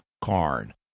Karn